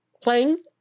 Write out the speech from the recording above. playing